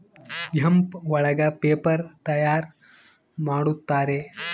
hemp ಒಳಗ paper ತಯಾರ್ ಮಾಡುತ್ತಾರೆ